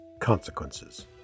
consequences